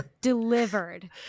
delivered